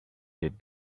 that